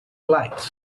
lights